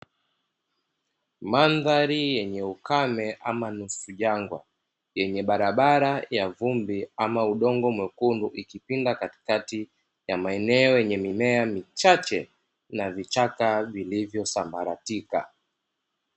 Mandhari yenye ukame ama nusu yangu yenye barabara ya vumbi ama udongo mwekundu ikipinga katikati ya maeneo yenye mimea michache na vichaka vilivyosambaratika.